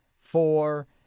four